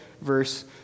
verse